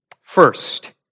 First